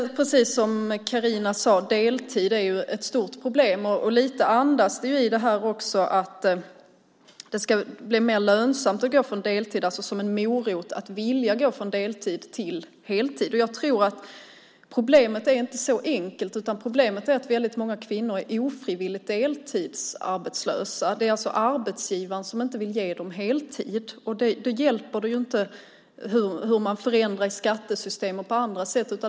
Precis som Carina sade är deltid ett stort problem. Det syns också lite i detta att det ska bli mer lönsamt att gå från deltid till heltid. Problemet är inte så enkelt. Problemet är att många kvinnor är ofrivilligt deltidsarbetslösa. Arbetsgivaren vill alltså inte ge dem heltid. Då hjälper det inte att förändra skattesystemet.